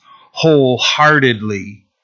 wholeheartedly